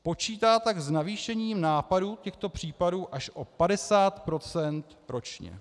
Počítá tak s navýšením nápadů těchto případů až o 50 % ročně.